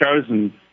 chosen